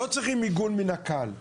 לא צריכים מיגון מנק"ל,